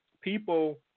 people –